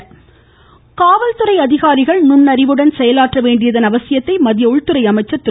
ருமூழழழ அம்த்ஷா காவல் துறை அதிகாரிகள் நுண்ணறிவுடன் செயலாற்ற வேண்டியதன் அவசியத்தை மத்திய உள்துறை அமைச்சா் திரு